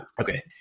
Okay